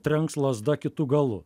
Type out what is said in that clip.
trenks lazda kitu galu